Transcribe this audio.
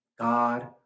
God